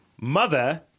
Mother